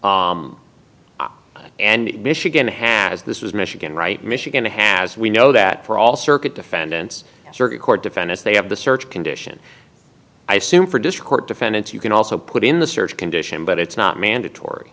and michigan has this is michigan right michigan has we know that for all circuit defendants and circuit court defendants they have the search condition i assume for discord defendants you can also put in the search condition but it's not mandatory